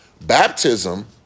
baptism